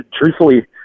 Truthfully